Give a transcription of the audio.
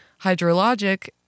hydrologic